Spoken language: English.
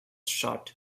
shot